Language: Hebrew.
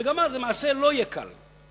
וגם אז המעשה לא יהיה קל.